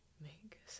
make